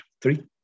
Three